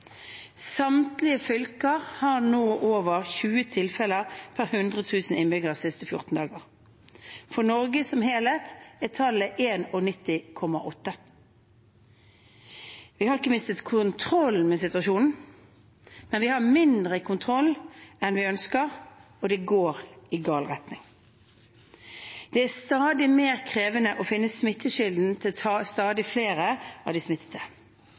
Samtlige fylker har nå over 20 tilfeller per 100 000 innbyggere de siste 14 dagene. For Norge som helhet er tallet 91,8. Vi har ikke mistet kontrollen med situasjonen, men vi har mindre kontroll enn vi ønsker, og det går i gal retning. Det er stadig mer krevende å finne smittekilden til stadig flere av de smittede.